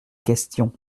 question